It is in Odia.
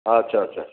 ଆଚ୍ଛା ଆଚ୍ଛା